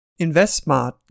InvestSmart